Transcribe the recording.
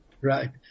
Right